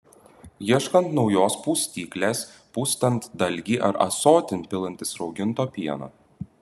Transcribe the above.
ieškant naujos pustyklės pustant dalgį ar ąsotin pilantis rauginto pieno